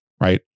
right